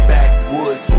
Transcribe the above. Backwoods